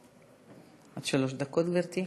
עד שלוש דקות, גברתי.